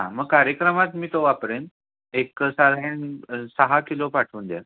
हां मग कार्यक्रमात मी तो वापरेन एक साधारण सहा किलो पाठवून द्या